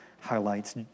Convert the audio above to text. highlights